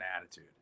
attitude